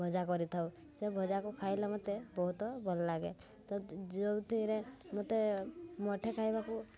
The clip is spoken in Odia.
ଭଜା କରିଥାଉ ସେ ଭଜାକୁ ଖାଇଲେ ମୋତେ ବହୁତ ଭଲଲାଗେ ତ ଯେଉଁଥିରେ ମୋତେ ମୁଠାଏ ଖାଇବାକୁ